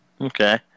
Okay